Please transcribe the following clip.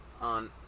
on